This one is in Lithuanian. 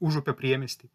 užupio priemiestį